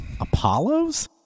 Apollos